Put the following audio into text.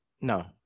No